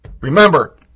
Remember